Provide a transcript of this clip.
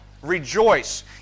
rejoice